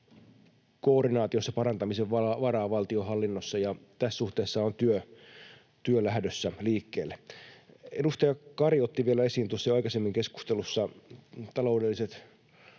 koordinaatiossa parantamisen varaa valtionhallinnossa, ja tässä suhteessa on työ lähdössä liikkeelle. Edustaja Kari otti vielä esiin, tuossa jo aikaisemmin keskustelussa, taloudelliset